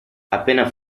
appena